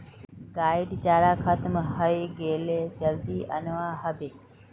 गाइर चारा खत्म हइ गेले जल्दी अनवा ह बे